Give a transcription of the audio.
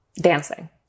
dancing